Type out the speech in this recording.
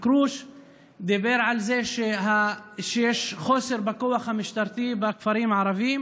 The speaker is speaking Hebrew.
דיבר על זה שיש חוסר בכוח המשטרתי בכפרים הערביים